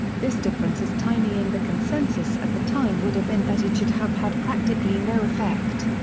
this difference is tiny and the consensus at the time would have been that it should have had practically no effect.